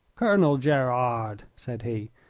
colonel gerard, said he,